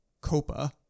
Copa